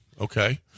okay